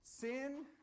Sin